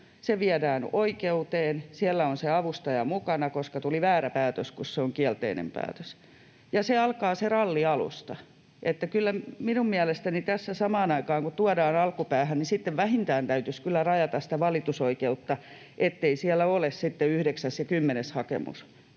se viedään oikeuteen ja siellä on se avustaja mukana, koska tuli väärä päätös, kun se on kielteinen päätös, ja alkaa se ralli alusta. Että kyllä minun mielestäni tässä samaan aikaan kun tuodaan alkupäähän, sitten vähintään täytyisi kyllä rajata sitä valitusoikeutta, ettei siellä ole sitten yhdeksäs ja kymmenes hakemus